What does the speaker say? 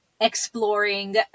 exploring